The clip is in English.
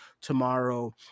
tomorrow